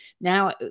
now